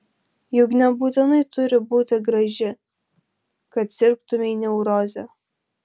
juk nebūtinai turi būti graži kad sirgtumei neuroze